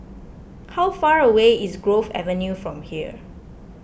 how far away is Grove Avenue from here